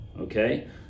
okay